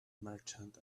merchant